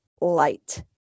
light